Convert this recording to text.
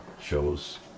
shows